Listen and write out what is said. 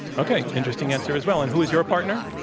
okay. interesting answer as well. and who is your partner?